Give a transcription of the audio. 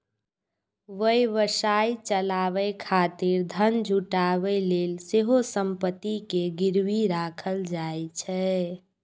व्यवसाय चलाबै खातिर धन जुटाबै लेल सेहो संपत्ति कें गिरवी राखल जाइ छै